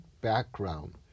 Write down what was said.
background